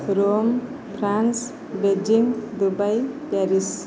Rome France Beijing Dubai Paris